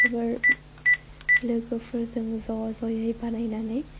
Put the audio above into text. जोबोद लोगोफोरजों ज' ज'यै बानायनानै